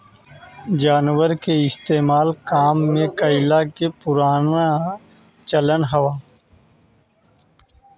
जानवर के इस्तेमाल काम में कइला के पुराना चलन हअ